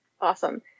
Awesome